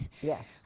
Yes